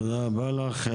תודה רבה לך.